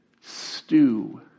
stew